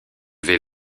vais